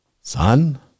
son